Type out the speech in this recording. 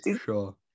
Sure